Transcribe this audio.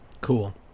Cool